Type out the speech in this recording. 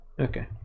Okay